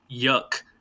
yuck